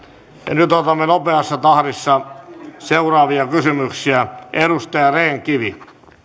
nyt otamme nopeassa tahdissa seuraavia kysymyksiä edustaja rehn kivi